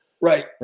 Right